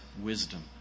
wisdom